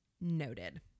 Noted